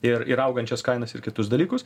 ir ir augančias kainas ir kitus dalykus